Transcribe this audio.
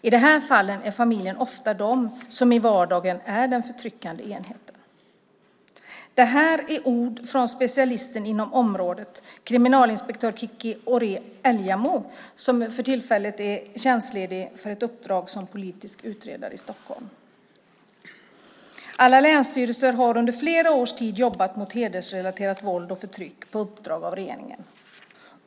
I de här fallen är familjen ofta de som i vardagen är den förtryckande enheten. Det här är ord från specialisten inom området, kriminalinspektör Kickis Åhré Älgamo som för tillfället är tjänstledig för ett uppdrag som politisk utredare i Stockholm. Alla länsstyrelser har i flera års tid jobbat mot hedersrelaterat våld och förtryck på uppdrag av regeringen.